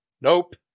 Nope